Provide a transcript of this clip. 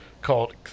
called